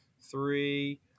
three